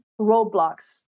roadblocks